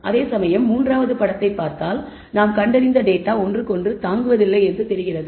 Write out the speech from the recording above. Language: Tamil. அதேசமயம் மூன்றாவது படத்தை பார்த்தால் நாங்கள் கண்டறிந்த டேட்டா ஒன்றுக்கொன்று தாங்குவதில்லை என்று தெரிகிறது